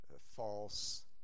false